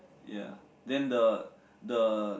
ya then the the